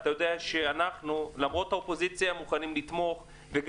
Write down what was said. ולמרות שאנחנו באופוזיציה אנחנו נתמוך בה